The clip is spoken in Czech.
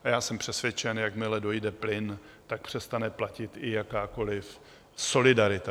Já jsem přesvědčen, že jakmile dojde plyn, tak přestane platit i jakákoliv solidarita.